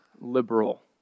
liberal